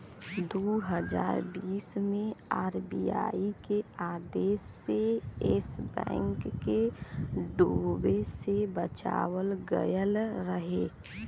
दू हज़ार बीस मे आर.बी.आई के आदेश से येस बैंक के डूबे से बचावल गएल रहे